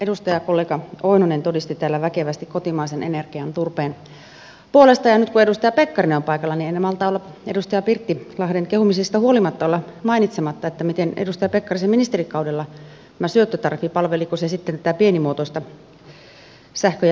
edustajakollega oinonen todisti täällä väkevästi kotimaisen energian turpeen puolesta ja nyt kun edustaja pekkarinen on paikalla en malta edustaja pirttilahden kehumisista huolimatta olla mainitsematta palveliko edustaja pekkarisen ministerikaudella tämä syöttötariffi tätä pienimuotoista sähkön ja lämmön tuotantoa